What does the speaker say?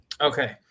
Okay